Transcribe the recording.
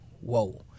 whoa